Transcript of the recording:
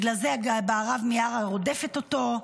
בגלל זה בהרב מיארה רודפת אותו.